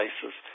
places